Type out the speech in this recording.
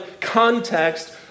context